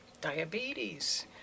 diabetes